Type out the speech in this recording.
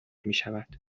میشود